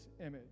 image